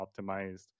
optimized